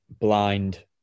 blind